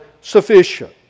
sufficient